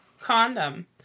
condom